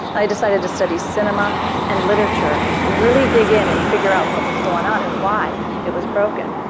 i decided to study cinema and literature, and really dig in and figure out what was going on and why it was broken.